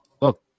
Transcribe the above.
look